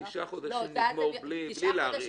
נגמור בלי להאריך.